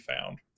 found